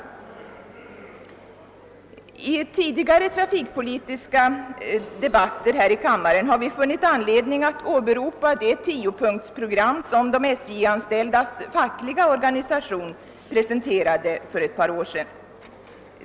Vi har i tidigare trafikpolitiska debatter i denna kammare funnit anledning att åberopa det tiopunktsprogram, som de SJ-anställdas fackliga organisation presenterade 1969.